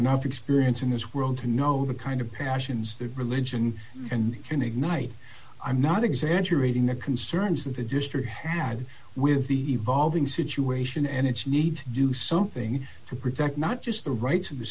enough experience in this world to know the kind of passions their religion and can ignite i'm not exaggerating the concerns that the district had with the evolving situation and its need to do something to protect not just the rights of the